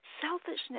Selfishness